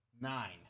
Nine